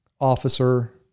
officer